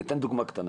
אני אתן דוגמא קטנה.